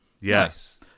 Yes